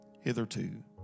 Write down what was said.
hitherto